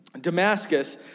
Damascus